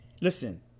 listen